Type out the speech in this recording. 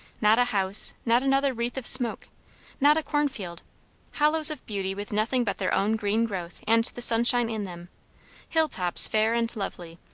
not a house not another wreath of smoke not a cornfield hollows of beauty with nothing but their own green growth and the sunshine in them hill-tops fair and lovely,